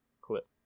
clip